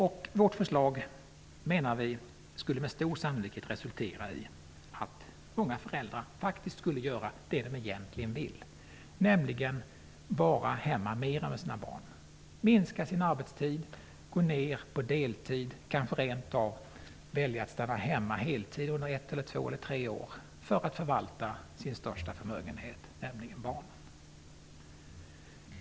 Vi menar att vårt förslag med stor sannolikhet skulle resultera i att många föräldrar faktiskt kommer att göra det som de egentligen vill, nämligen vara hemma mera med sina barn, minska sin arbetstid, gå ner på deltid, kanske rent av välja att stanna hemma på deltid under ett, två eller tre år för att förvalta sin största förmögenhet, nämligen barnen.